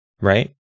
right